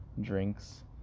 drinks